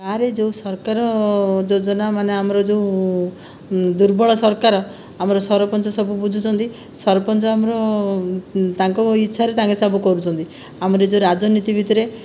ଗାଁରେ ଯେଉଁ ସରକାର ଯୋଜନା ମାନେ ଆମର ଯେଉଁ ଦୁର୍ବଳ ସରକାର ଆମର ସରପଞ୍ଚ ସବୁ ବୁଝୁଛନ୍ତି ସରପଞ୍ଚ ଆମର ତାଙ୍କ ଇଚ୍ଛାରେ ତାଙ୍କେ ସବୁ କରୁଛନ୍ତି ଆମର ଏ ଯେଉଁ ରାଜନୀତି ଭିତରେ